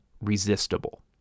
resistible